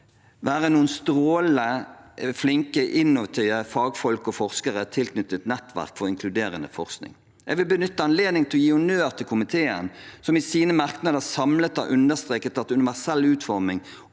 være noen strålende, flinke, innovative fagfolk og forskere tilknyttet nettverk for inkluderende forskning, Jeg vil benytte anledningen til å gi honnør til komiteen, som i sine merknader samlet har understreket at universell utforming